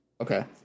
Okay